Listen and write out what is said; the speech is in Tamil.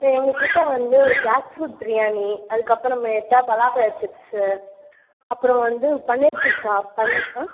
எங்கள் கிட்ட வந்து ஜாக்ஃப்ரூட் பிரியாணி அதுக்கப்புறமேட்டா வந்து பலாப்பழ சிப்ஸ் அப்புறம் வந்து பன்னீர் டிக்கா பன்னீர் ஆ